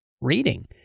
reading